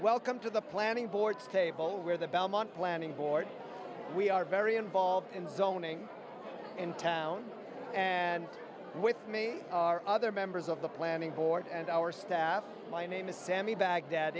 welcome to the planning board table where the belmont planning board we are very involved in zoning in town and with me other members of the planning board and our staff my name is sammy baghdad